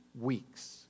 weeks